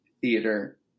theater